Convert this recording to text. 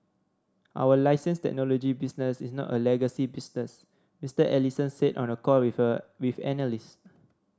our license technology business is not a legacy business Mister Ellison said on a call with a with analysts